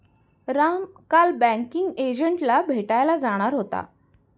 राम काल बँकिंग एजंटला भेटायला जाणार होता